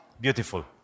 Beautiful